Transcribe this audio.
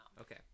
okay